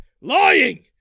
lying